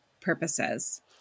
purposes